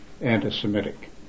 anti-Semitic